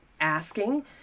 asking